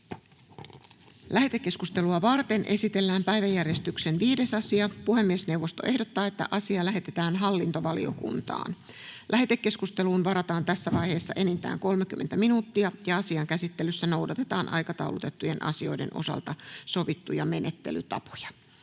Lähetekeskustelua varten esitellään päiväjärjestyksen 5. asia. Puhemiesneuvosto ehdottaa, että asia lähetetään hallintovaliokuntaan. Lähetekeskusteluun varataan tässä vaiheessa enintään 30 minuuttia. Asian käsittelyssä noudatetaan aikataulutettujen asioiden osalta sovittuja menettelytapoja.